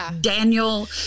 Daniel